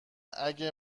اگه